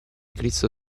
cristo